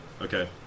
Okay